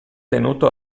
tenuto